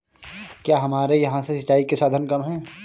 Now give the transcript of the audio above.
क्या हमारे यहाँ से सिंचाई के साधन कम है?